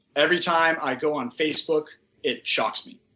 every time i go on facebook it shocks me.